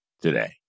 today